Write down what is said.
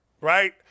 right